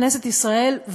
כנסת ישראל,